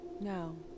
No